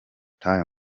time